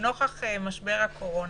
נוכח משבר הקורונה,